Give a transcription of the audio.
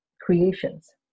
creations